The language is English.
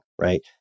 Right